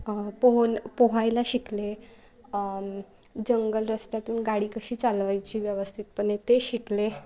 पोहणं पोहायला शिकले जंगल रस्त्यातून गाडी कशी चालवायची व्यवस्थितपणे ते शिकले